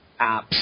apps